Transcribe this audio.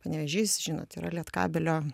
panevėžys žinot yra lietkabelio